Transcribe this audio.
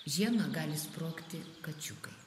žiemą gali sprogti kačiukai